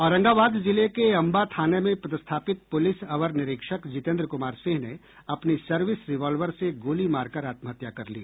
औरंगाबाद जिले के अंबा थाने में पदस्थापित पुलिस अवर निरीक्षक जितेन्द्र कुमार सिंह ने अपनी सर्विस रिवॉल्वर से गोली मारकर आत्महत्या कर ली